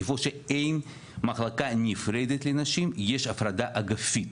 איפה שאין מחלקה נפרדת לנשים יש הפרדה אגפית.